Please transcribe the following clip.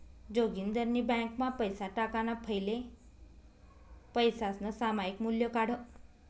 जोगिंदरनी ब्यांकमा पैसा टाकाणा फैले पैसासनं सामायिक मूल्य काढं